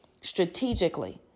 strategically